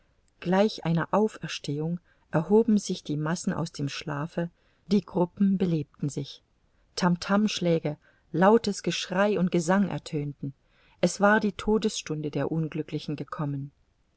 gleich einer auferstehung erhoben sich die massen aus dem schlafe die gruppen belebten sich tam tamschläge lautes geschrei und gesang ertönten es war die todesstunde der unglücklichen gekommen